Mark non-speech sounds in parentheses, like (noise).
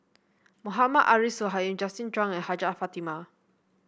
Mohammad Arif (unintelligible) Justin Zhuang and Hajjah Fatimah